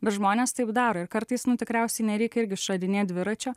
bet žmonės taip daro ir kartais nu tikriausiai nereikia irgi išradinėt dviračio